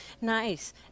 Nice